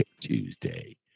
Tuesday